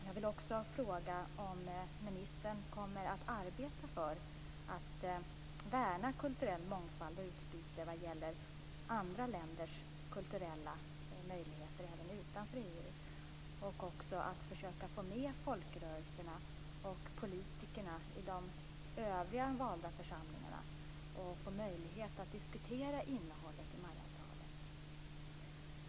Jag vill också fråga om ministern kommer att arbeta för att värna kulturell mångfald och utbyte vad gäller andra länders kulturella möjligheter även utanför EU. Man bör försöka få med folkrörelserna och politikerna i de övriga valda församlingarna och ge möjlighet att diskutera innehållet i MAI-avtalet.